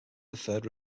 deferred